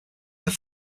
were